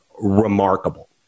remarkable